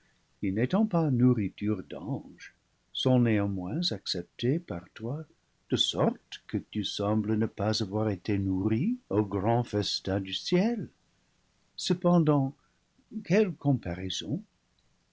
qui n'étant pas nourriture d'anges sont néanmoins acceptés par toi de sorte que tu sembles ne pas avoir été nourri aux grands festins du ciel cependant quelle comparaison